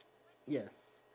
ya